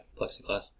plexiglass